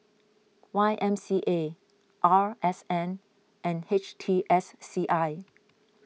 Y M C A R S N and H T S C I